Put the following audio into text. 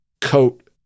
coat